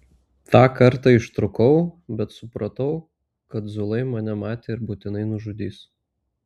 tą kartą ištrūkau bet supratau kad zulai mane matė ir būtinai nužudys